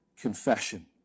confession